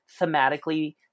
thematically